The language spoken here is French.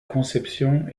conception